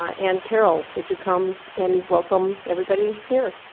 ah and carol, would you come and welcome everybody here?